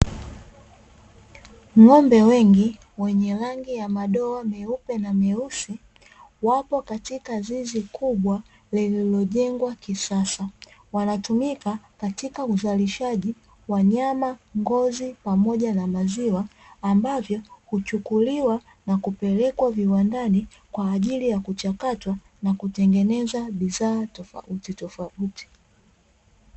Ng'ombe wengi wenye rangi ya madoa meupe na meusi, wapo katika zizi kubwa lililojengwa kisasa. Wanatumika katika uzalishaji wa nyama ngozi pamoja na maziwa, ambavyo huchukuliwa na kupelekwa viwandani kwa ajili ya kuchakatwa na kutengeneza bidhaa tofauti tofauti.